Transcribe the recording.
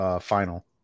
Final